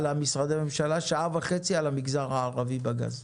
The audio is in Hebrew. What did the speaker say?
על משרדי הממשלה ושעה וחצי על המגזר הערבי בגז.